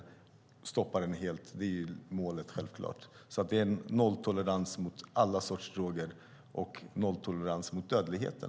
Att stoppa den narkotikarelaterade dödligheten helt är självklart målet. Det finns en nolltolerans mot alla sorters droger och även mot den narkotikarelaterade dödligheten.